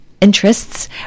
Interests